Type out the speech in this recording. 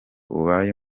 ubaye